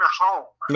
home